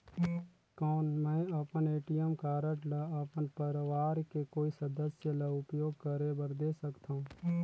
कौन मैं अपन ए.टी.एम कारड ल अपन परवार के कोई सदस्य ल उपयोग करे बर दे सकथव?